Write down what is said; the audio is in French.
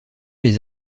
les